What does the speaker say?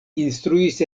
instruis